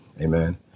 Amen